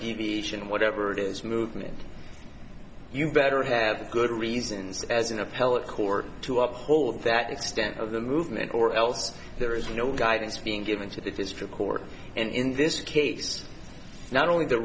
deviation whatever it is movement you better have good reasons as an appellate court to uphold that extent of the movement or else there is no guidance being given to the district court and in this case not only the